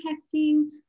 testing